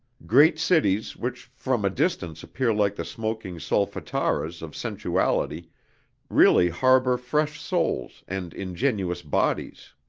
great cities which from a distance appear like the smoking solfataras of sensuality really harbor fresh souls and ingenuous bodies.